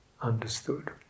understood